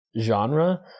genre